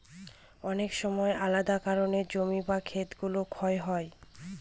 অনেক সময় আলাদা কারনে জমি বা খেত গুলো ক্ষয়ে যায়